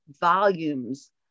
volumes